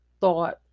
thought